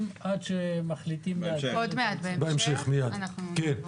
עד מתי היא תקרא?